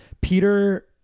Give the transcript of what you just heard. Peter